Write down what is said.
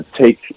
take